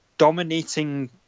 dominating